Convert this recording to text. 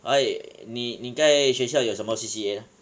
!oi! 你你在学校有什么 C_C_A 呢